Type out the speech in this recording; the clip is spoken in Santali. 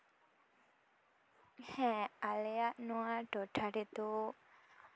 ᱦᱮᱸ ᱟᱞᱮᱭᱟ ᱱᱚᱣᱟ ᱴᱚᱴᱷᱟ ᱨᱮᱫᱚ